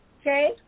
Okay